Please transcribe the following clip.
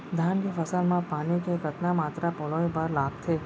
धान के फसल म पानी के कतना मात्रा पलोय बर लागथे?